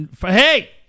Hey